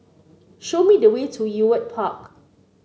show me the way to Ewart Park